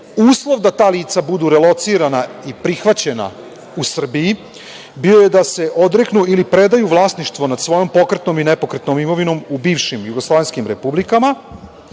Uslov da ta lica budu relocirana i prihvaćena u Srbiji bio je da se odreknu ili predaju vlasništvo nad svojom pokretnom i nepokretnom imovinom u bivšim jugoslovenskim republikama